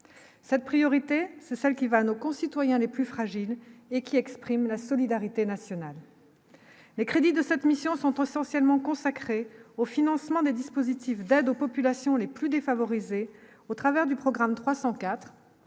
cette priorité, c'est celle qui va nos concitoyens les plus fragiles et qui exprime la solidarité nationale. Les crédits de cette mission en son temps, essentiellement consacrée au financement des dispositifs d'aide aux populations les plus défavorisées au travers du programme 304